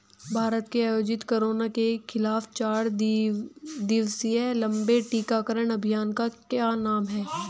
भारत में आयोजित कोरोना के खिलाफ चार दिवसीय लंबे टीकाकरण अभियान का क्या नाम है?